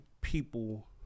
people